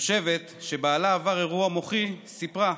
תושבת שבעלה עבר אירוע מוחי סיפרה: